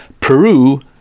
peru